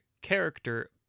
character